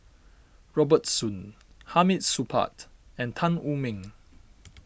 Robert Soon Hamid Supaat and Tan Wu Meng